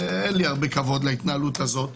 ואין לי הרבה כבוד להתנהלות הזו,